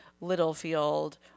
Littlefield